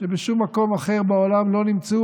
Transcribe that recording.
שבשום מקום אחר בעולם לא נמצאו,